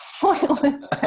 pointless